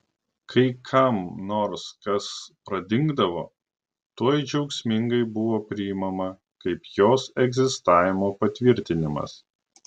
kai kam nors kas pradingdavo tuoj džiaugsmingai buvo priimama kaip jos egzistavimo patvirtinimas